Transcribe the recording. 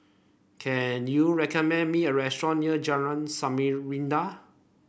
can you recommend me a restaurant near Jalan Samarinda